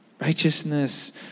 Righteousness